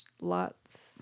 lots